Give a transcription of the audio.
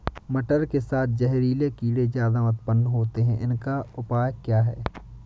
मटर के साथ जहरीले कीड़े ज्यादा उत्पन्न होते हैं इनका उपाय क्या है?